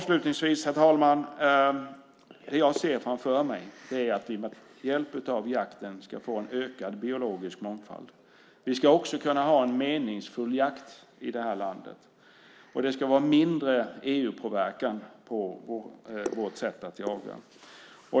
Slutligen, herr talman, ser jag framför mig att vi med hjälp av jakten ska få en ökad biologisk mångfald. Vi ska också kunna ha en meningsfull jakt i det här landet. Och det ska vara mindre EU-påverkan på vårt sätt att jaga.